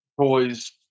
toys